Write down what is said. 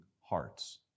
hearts